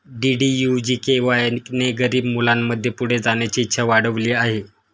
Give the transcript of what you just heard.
DDU GKY ने गरीब मुलांमध्ये पुढे जाण्याची इच्छा वाढविली आहे